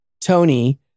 Tony